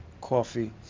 coffee